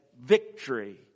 victory